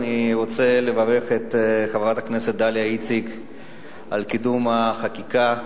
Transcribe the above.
אני רוצה לברך את חברת הכנסת דליה איציק על קידום החקיקה.